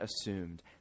assumed